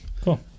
Cool